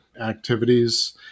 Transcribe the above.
activities